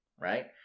Right